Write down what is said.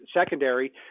secondary